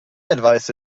advice